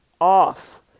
off